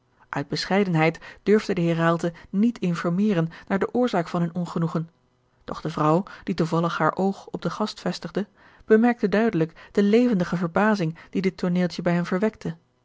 uit bescheidenheid durfde de heer raalte niet informeren naar de oorzaak van hun ongenoegen doch de vrouw die toevallig haar oog op den gast vestigde bemerkte duidelijk de levendige verbazing die dit tooneeltje bij hem verwekte